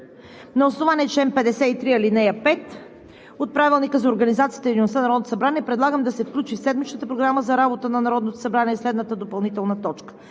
на основание чл. 53, ал. 5 от Правилника за организацията и дейността на Народното събрание предлагам да се включи в седмичната Програма за работа на Народното събрание следната допълнителна точка: